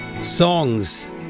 songs